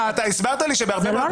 לשעבר.